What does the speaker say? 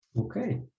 Okay